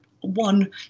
one